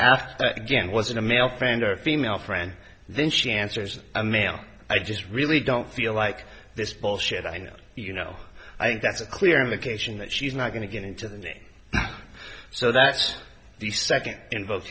but again wasn't a male friend or female friend then she answers a male i just really don't feel like this bullshit i know you know i think that's a clear indication that she's not going to get into the day so that the second in